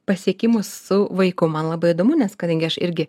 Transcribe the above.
pasiekimus su vaiku man labai įdomu nes kadangi aš irgi